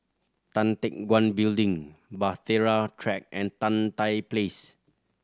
Tan Teck Guan Building Bahtera Track and Tan Tye Place